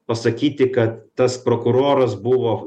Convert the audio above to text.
pasakyti kad tas prokuroras buvo